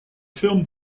film